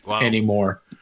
anymore